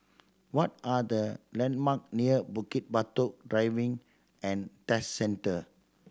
what are the landmark near Bukit Batok Driving and Test Centre